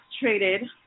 traded